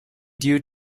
due